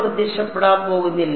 പ്രത്യക്ഷപ്പെടാൻ പോകുന്നില്ല